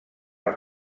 els